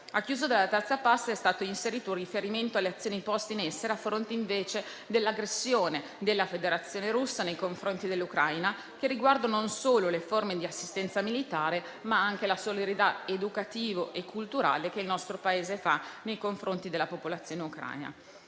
A chiusura della terza parte è stato inserito un riferimento alle azioni poste in essere a fronte invece dell'aggressione della Federazione Russa nei confronti dell'Ucraina, che riguardano non solo le forme di assistenza militare, ma anche la solidarietà educativa e culturale che il nostro Paese attua nei confronti della popolazione ucraina.